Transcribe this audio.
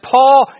Paul